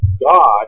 God